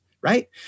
right